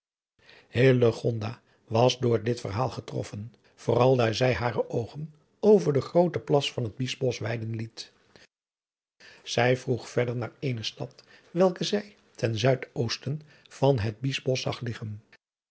was door dit verhaal getroffen vooral daar zij hare oogen over den grooten plas van het biesbos weiden liet zij vroeg verder naar eene stad welke zij ten zuid oosten van het biesbos zag liggen